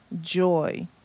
joy